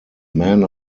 man